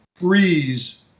freeze